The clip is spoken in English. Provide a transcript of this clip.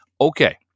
okay